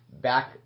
Back